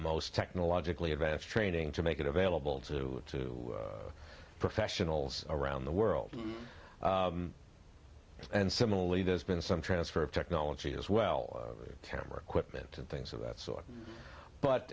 most technologically advanced training to make it available to to professionals around the world and similarly there's been some transfer of technology as well tamar equipment and things of that sort but